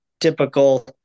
typical